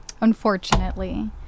Unfortunately